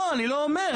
לא, אני לא אומר.